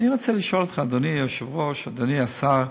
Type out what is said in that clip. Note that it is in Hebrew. אני רוצה לשאול את אדוני היושב-ראש, אדוני השר,